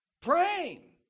praying